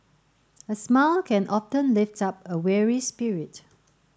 a smile can often lift up a weary spirit